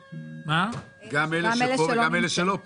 גם אלה שפה וגם אלה שלא פה.